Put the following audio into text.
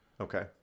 Okay